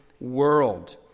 world